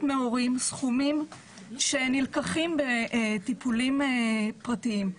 מהורים סכומים שנלקחים בטיפולים פרטיים.